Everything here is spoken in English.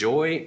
Joy